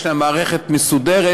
יש להן מערכת מסודרת.